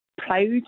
proud